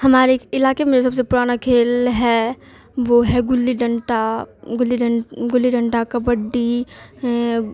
ہمارے علاقے میں سب سے پرانا کھیل ہے وہ ہے گلی ڈنٹا گلی گلی ڈنٹا کبڈی